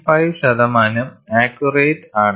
5 ശതമാനം ആക്ക്യൂറേറ്റ് ആണ്